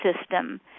system